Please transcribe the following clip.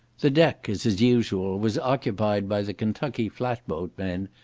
the deck, as is usual, was occupied by the kentucky flat-boat men,